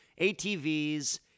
ATVs